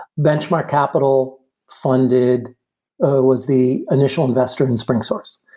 benchmark capital funded was the initial investor in springsource.